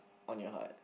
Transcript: on your heart